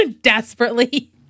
Desperately